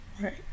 Right